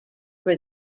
were